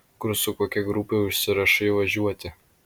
kur su kokia grupe užsirašai važiuoti